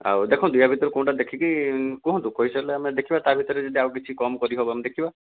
ଆଉ ଦେଖନ୍ତୁ ୟା' ଭିତରୁ କେଉଁଟା ଦେଖିକି କୁହନ୍ତୁ କହିସାରଲେ ଆମେ ଦେଖିବା ତା' ଭିତରେ ଯଦି ଆଉ କିଛି କମ କରିହେବ ଦେଖିବା